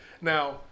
Now